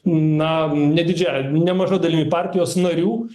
na ne didžiąją nemaža dalimi partijos narių